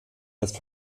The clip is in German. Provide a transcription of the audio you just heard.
erst